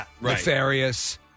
nefarious